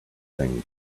thing